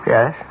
Yes